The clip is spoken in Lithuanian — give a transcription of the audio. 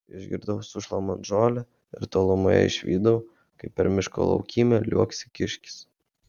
išgirdau sušlamant žolę ir tolumoje išvydau kaip per miško laukymę liuoksi kiškis